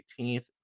18th